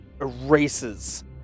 erases